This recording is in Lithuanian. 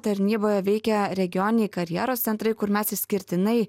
tarnyboje veikia regioniniai karjeros centrai kur mes išskirtinai